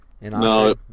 No